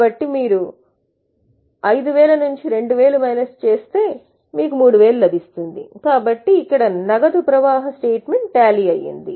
కాబట్టి మీరు minus 2 plus 5 తీసుకుంటే మీకు 3000 లభిస్తుంది కాబట్టి ఇక్కడ నగదు ప్రవాహ స్టేట్మెంట్ టాలీ అయ్యింది